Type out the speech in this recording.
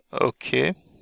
okay